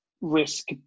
risk